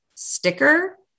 sticker